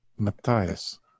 Matthias